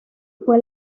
fue